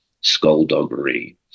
skullduggery